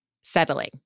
settling